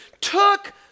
took